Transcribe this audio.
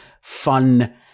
fun